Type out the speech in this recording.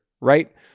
right